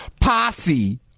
posse